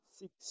six